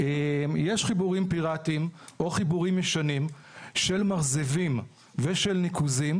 יש חיבורים פיראטיים או חיבורים ישנים של מרזבים ושל ניקוזים